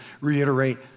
reiterate